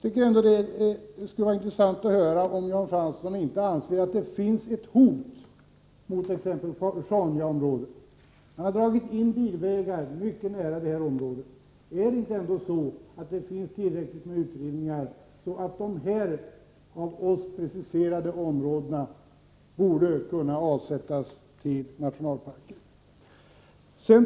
Men det skulle vara intressant att få höra om Jan Fransson anser att t.ex. Sjaunjaområdet är hotat. Bilvägar har ju dragits mycket nära det naturområdet. Finns det inte tillräckligt många utredningar i det avseendet? Borde det inte vara möjligt att avsätta de av oss preciserade områdena till nationalparker?